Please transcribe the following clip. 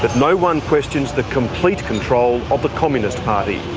that no one questions the complete control of the communist party.